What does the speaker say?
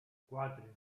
quatre